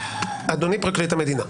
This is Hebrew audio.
(חבר הכנסת יואב סגלוביץ' יוצא מאולם הוועדה) אדוני פרקליט המדינה,